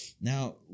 Now